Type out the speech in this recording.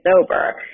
sober